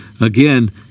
Again